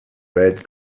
red